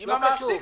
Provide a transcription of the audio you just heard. אם המעסיק,